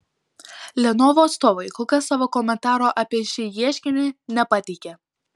lenovo atstovai kol kas savo komentaro apie šį ieškinį nepateikė